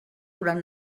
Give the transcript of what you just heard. durant